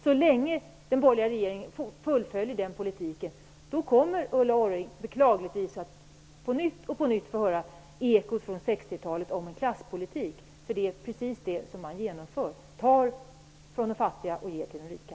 Så länge den borgerliga regeringen fullföljer den politiken kommer Ulla Orring gång på gång att få höra talas om ekot från 60-talet av en klasspolitik. Det är precis det som genomförs. Man tar från de fattiga och ger till de rika.